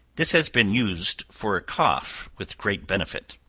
this has been used for a cough with great benefit.